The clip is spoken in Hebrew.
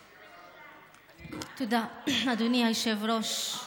תודה, אדוני היושב-ראש.